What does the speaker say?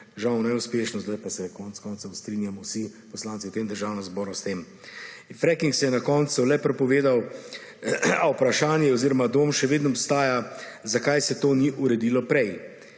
žal neuspešno, zdaj pa se konec koncev strinjamo vsi poslanci v Državnem zboru s tem. Fracking se je na koncu le prepovedal, a vprašanje oziroma dvom še vedno obstaja, zakaj se tega ni uredilo prej